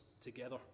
together